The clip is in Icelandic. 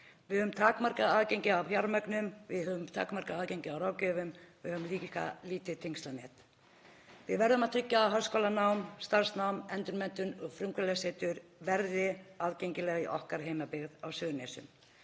Við höfum takmarkað aðgengi að fjármagni, við höfum takmarkað aðgengi að ráðgjöfum. Við höfum líka lítið tengslanet. Við verðum að tryggja að háskólanám, starfsnám, endurmenntun og frumkvöðlasetur verði aðgengileg í okkar heimabyggð á Suðurnesjum